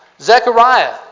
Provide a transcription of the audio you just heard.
Zechariah